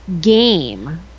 Game